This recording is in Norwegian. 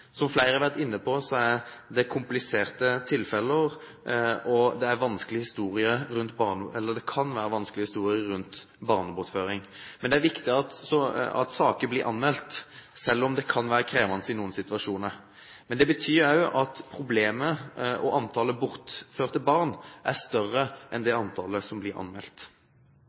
Som flere har vært inne på, er det kompliserte tilfeller, og det kan være vanskelige historier rundt barnebortføring. Det er viktig at saker blir anmeldt, selv om det kan være krevende i noen situasjoner. Men det betyr også at problemet og antall bortførte barn er større enn det antallet som blir anmeldt.